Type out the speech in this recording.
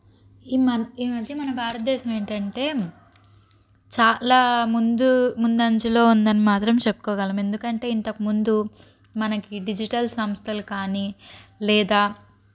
ఈ మ ఈ మధ్య మన భారత దేశం ఏంటంటే చాలా ముందు ముందంజలో ఉంది అని మాత్రం చెప్పుకోగలం ఎందుకంటే ఇంతకముందు మనకి డిజిటల్ సంస్థలు కానీ లేదా